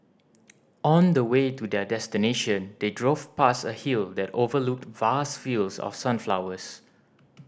on the way to their destination they drove past a hill that overlooked vast fields of sunflowers